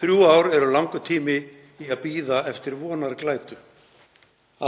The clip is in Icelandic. Þrjú ár eru langur tími í að bíða eftir vonarglætu.